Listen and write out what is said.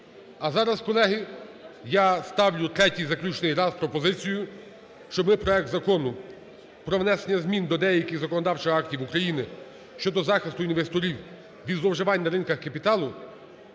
А зараз, колеги, я ставлю тертій заключний раз пропозицію, щоб ми проект Закону про внесення змін до деяких законодавчих актів України щодо захисту інвесторів від зловживань на ринках капіталу